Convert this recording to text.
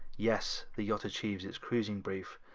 yes, the yacht achieves its cruising brief,